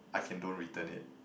I can don't return it